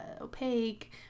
opaque